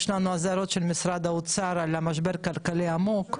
יש לנו אזהרות של משרד האוצר על משבר כלכלי עמוק,